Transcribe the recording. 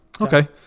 Okay